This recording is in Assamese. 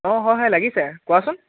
অঁ হয় হয় লাগিছে কোৱাচোন